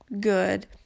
good